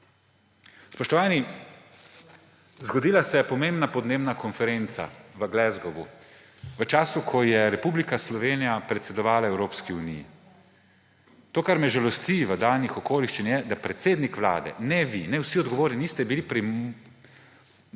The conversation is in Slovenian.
Spoštovani, zgodila se je pomembna podnebna konferenca v Glasgowu v času, ko je Republika Slovenija predsedovala Evropski uniji. To, kar me žalosti v danih okoliščinah, je, da ne predsednik Vlade ne vi ne vsi odgovorni niste imeli